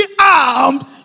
armed